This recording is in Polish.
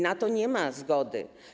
Na to nie ma zgody.